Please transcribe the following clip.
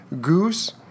Goose